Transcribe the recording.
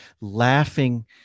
laughing